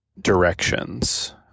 directions